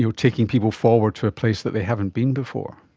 you know taking people forward to a place that they haven't been before?